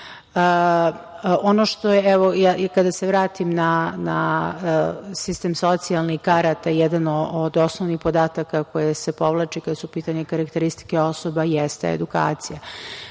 i razvoja. Kada se vratim na sistem socijalnih karata, jedno od osnovnih podataka koje se povlače, kada su u pitanju karakteristike osoba, to jeste edukacija.